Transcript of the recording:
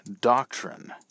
doctrine